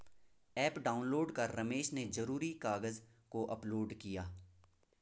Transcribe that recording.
app download कर रमेश ने ज़रूरी कागज़ को अपलोड किया